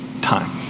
time